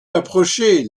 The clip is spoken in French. approcher